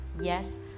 yes